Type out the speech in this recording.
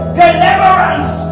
deliverance